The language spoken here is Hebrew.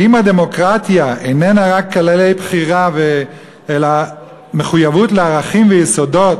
ואם הדמוקרטיה איננה רק כללי בחירה אלא מחויבות לערכים ויסודות